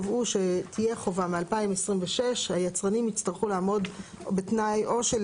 נוסח ונתקלנו בזה לאחרונה שרצינו לתקן את